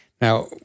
Now